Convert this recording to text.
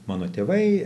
mano tėvai